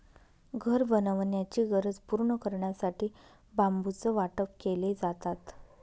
घर बनवण्याची गरज पूर्ण करण्यासाठी बांबूचं वाटप केले जातात